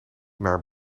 naar